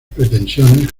pretensiones